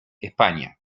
españa